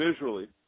visually